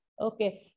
Okay